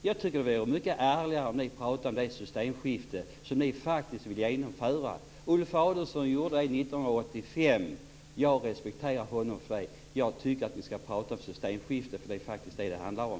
Jag tycker att det vore mycket ärligare om ni talade om det systemskifte som ni faktiskt vill genomföra. Ulf Adelsohn gjorde det 1995, och jag respekterar honom för det. Jag tycker att ni skall tala om systemskifte, för det är faktiskt vad det handlar om.